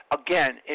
Again